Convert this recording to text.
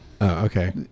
okay